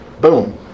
Boom